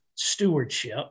stewardship